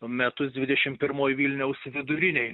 metus dvidešim pirmoj vilniaus vidurinėj